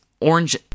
orange